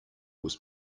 was